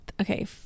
okay